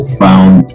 found